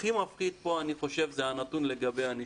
הכי מפחיד פה, אני חושב, זה הנתון לגבי הנשירה,